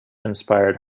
inspired